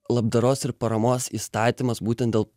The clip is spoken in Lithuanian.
labdaros ir paramos įstatymas būtent dėl